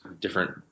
different